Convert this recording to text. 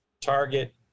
Target